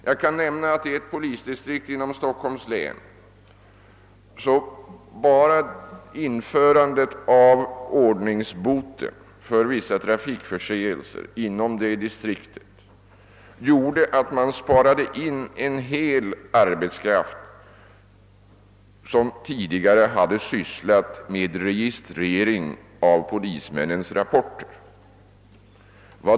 Jag kan nämna att införandet av ordningsboten för vissa trafikförseelser inom bara ett polisdistrikt i Stockholms län medförde en arbetskraftsbesparing motsvarande en hel tjänst genom att det tidigare arbetet med registrering av polismännens rapporter bortföll.